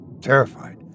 terrified